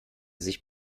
sich